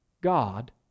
God